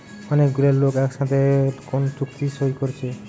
অনেক গুলা লোক একসাথে কোন চুক্তি সই কোরছে